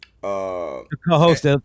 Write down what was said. co-host